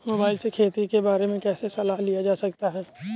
Mobile से खेती के बारे कैसे सलाह लिया जा सकता है?